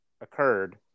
occurred